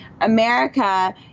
America